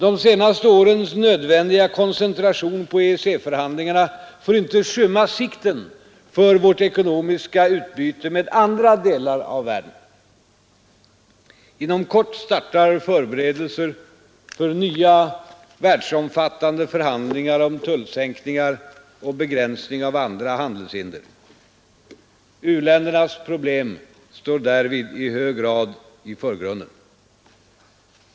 De senaste årens nödvändiga koncentration på EEC förhandlingarna får inte skymma sikten för vårt ekonomiska utbyte med andra delar av världen. Inom kort startar förberedelser för nya världsomfattande förhandlingar om tullsänkningar och begränsning av andra handelshinder. U-ländernas problem står därvid i hög grad i förgrunden.